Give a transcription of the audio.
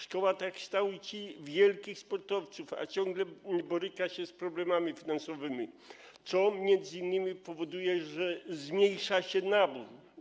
Szkoła ta kształci wielkich sportowców, a ciągle boryka się z problemami finansowymi, co m.in. powoduje zmniejszanie się naboru.